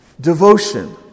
Devotion